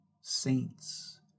saints